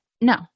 no